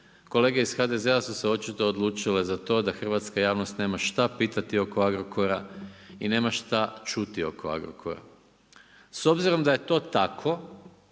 kolege iz HDZ-a su se očito odlučile za to da hrvatska javnost nema šta pitati oko Agrokora i nema šta čuti oko Agrokora. S obzirom da je to tako,